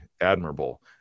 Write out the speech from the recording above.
admirable